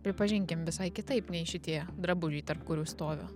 pripažinkim visai kitaip nei šitie drabužiai tarp kurių stoviu